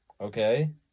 Okay